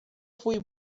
fue